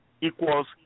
equals